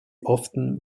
often